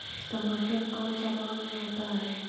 टमाटर कौन सा माह में होता है?